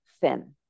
thin